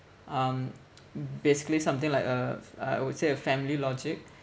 um basically something like uh uh I would say a family logic